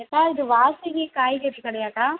அக்கா இது வாசுகி காய்கறி கடையாக்கா